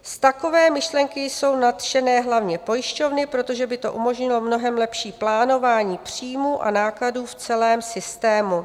Z takové myšlenky jsou nadšené hlavně pojišťovny, protože by to umožnilo mnohem lepší plánování příjmů a nákladů v celém systému.